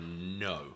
no